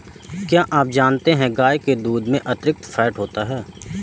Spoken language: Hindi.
क्या आप जानते है गाय के दूध में अतिरिक्त फैट होता है